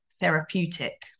therapeutic